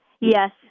Yes